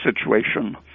situation